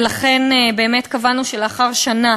ולכן באמת קבענו שלאחר שנה